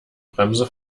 bremse